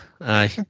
Aye